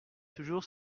toujours